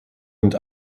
mit